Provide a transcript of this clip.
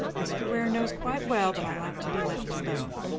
mr. ware knows quite well that i like to be left alone.